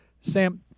Sam